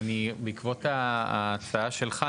בעקבות ההצעה שלך,